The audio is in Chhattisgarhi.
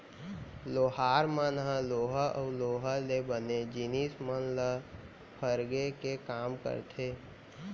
लोहार मन ह लोहा अउ लोहा ले बने जिनिस मन ल फरगे के काम करथे